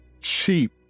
cheap